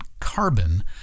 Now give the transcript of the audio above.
carbon